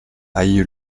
aille